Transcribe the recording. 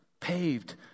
paved